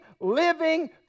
living